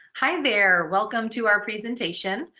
hi there. welcome to our presentation.